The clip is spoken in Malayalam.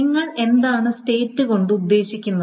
നിങ്ങൾ എന്താണ് സ്റ്റേറ്റ് കൊണ്ട് ഉദ്ദേശിക്കുന്നത്